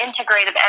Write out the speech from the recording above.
integrative